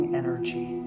energy